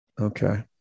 Okay